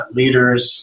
leaders